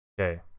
Okay